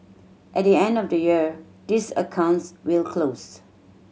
at the end of the year these accounts will close